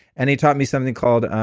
and he taught me something called